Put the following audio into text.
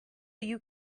you